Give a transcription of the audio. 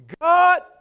God